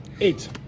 Eight